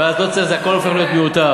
וכל זה הופך להיות מיותר.